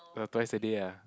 twice a day ah